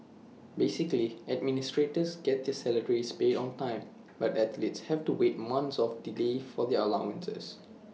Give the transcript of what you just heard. basically administrators get their salaries paid on time but athletes have to wait months of delay for their allowances